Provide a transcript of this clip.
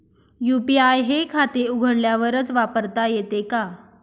UPI हे खाते उघडल्यावरच वापरता येते का?